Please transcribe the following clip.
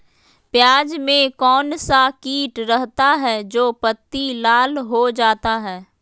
प्याज में कौन सा किट रहता है? जो पत्ती लाल हो जाता हैं